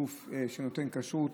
גוף שנותן כשרות